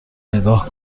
نگاه